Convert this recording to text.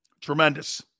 Tremendous